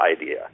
idea